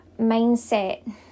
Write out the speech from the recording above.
mindset